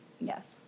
Yes